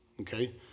okay